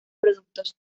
productos